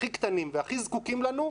הכי קטנים והכי זקוקים לנו,